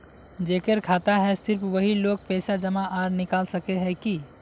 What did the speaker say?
जेकर खाता है सिर्फ वही लोग पैसा जमा आर निकाल सके है की?